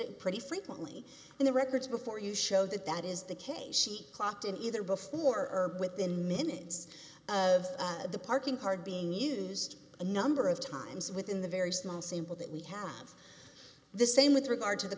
it pretty frequently in the records before you show that that is the case she clocked in either before or within minutes of the parking card being used a number of times within the very small sample that we have the same with regard to the